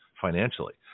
financially